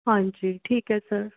ਹਾਂਜੀ ਠੀਕ ਹੈ ਸਰ